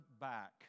back